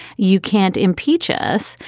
you can't impeach us.